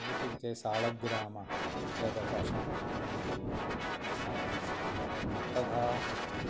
इत्युक्ते शालिग्रामः एकः पाषाणखण्डः भवति तथा